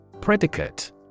Predicate